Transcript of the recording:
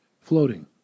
floating